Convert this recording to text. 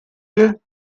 you